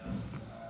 סעיפים 1